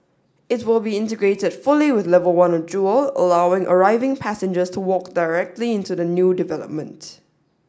it will be integrated fully with level one of Jewel allowing arriving passengers to walk directly into the new development